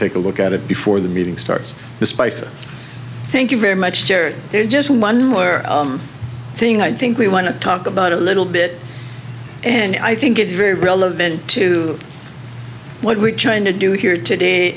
take a look at it before the meeting starts the spices thank you very much there is just one more thing i think we want to talk about a little bit and i think it's very relevant to what we're trying to do here today